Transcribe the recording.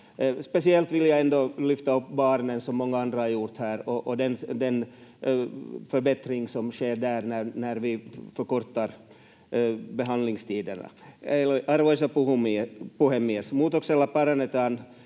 Speciellt vill jag ändå lyfta upp barnen, som många andra har gjort här, och den förbättring som sker när vi förkortar behandlingstiderna. Arvoisa puhemies! Muutoksella parannetaan